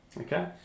Okay